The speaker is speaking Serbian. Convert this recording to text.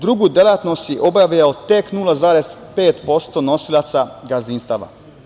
Drugu delatnost je obavljao tek 0,5% nosilaca gazdinstava.